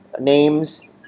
names